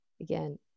again